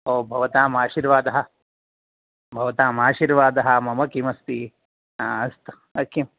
ओह् भवताम् आशीर्वादः भवतां आशीर्वादः मम किम् अस्ति अस्तु किं